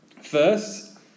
First